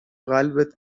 قلبت